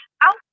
out